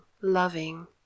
loving